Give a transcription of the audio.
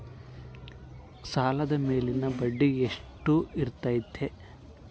ಸಾಲದ ಮೇಲಿನ ಬಡ್ಡಿ ಎಷ್ಟು ಇರ್ತೈತೆ?